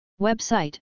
Website